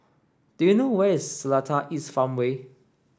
do you know where is Seletar East Farmway